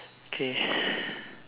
okay